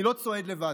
אני לא צועד לבד,